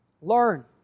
Learn